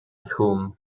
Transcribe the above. whom